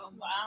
Wow